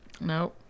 no